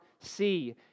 see